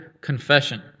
confession